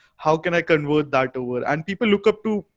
how can i convert that over and people look up to,